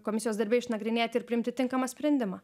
komisijos darbe išnagrinėti ir priimti tinkamą sprendimą